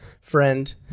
friend